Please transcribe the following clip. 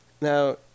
Now